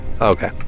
okay